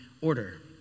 order